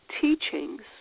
teachings